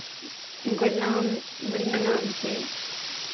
हुनकर नाम बढ़िएँ नाम छै